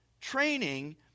training